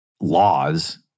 laws